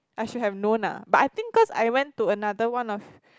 I should have known ah but I think cause I went to another one of